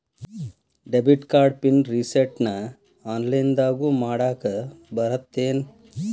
debit card PIN ರಿಸೆಟ್ನ ಆನ್ಲೈನ್ದಗೂ ಮಾಡಾಕ ಬರತ್ತೇನ್